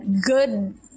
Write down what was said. good